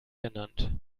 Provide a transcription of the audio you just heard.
genannt